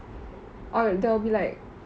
or there will be like